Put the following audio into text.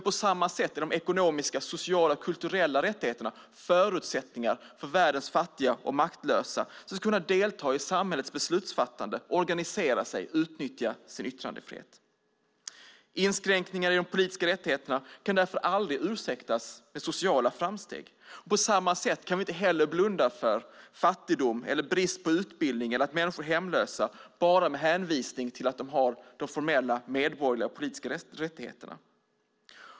På samma sätt är de ekonomiska, sociala och kulturella rättigheterna förutsättningar för att världens fattiga och maktlösa ska kunna delta i samhällets beslutsfattande, organisera sig och utnyttja sin yttrandefrihet. Inskränkningar i de politiska rättigheterna kan därför aldrig ursäktas med sociala framsteg. På samma sätt kan vi inte heller blunda för fattigdom eller brist på utbildning eller för att människor är hemlösa bara med hänvisning till att de har de formella medborgerliga och politiska rättigheterna.